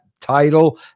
title